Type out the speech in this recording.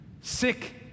sick